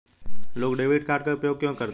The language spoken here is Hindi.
लोग डेबिट कार्ड का उपयोग क्यों करते हैं?